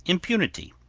impunity,